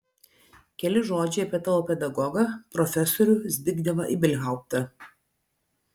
keli žodžiai apie tavo pedagogą profesorių zbignevą ibelhauptą